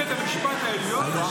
בית המשפט העליון אשם בזה?